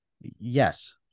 yes